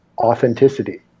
authenticity